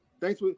Thanks